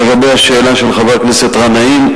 לגבי השאלה של חבר הכנסת גנאים,